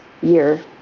year